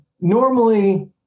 normally